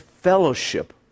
fellowship